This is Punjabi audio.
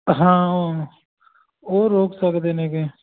ਹਾਂ ਓ ਉਹ ਰੋਕ ਸਕਦੇ ਨੇਗੇ